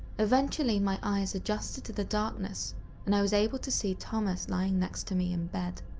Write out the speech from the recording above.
eventually, my eyes adjusted to the darkness and i was able to see thomas lying next to me in bed.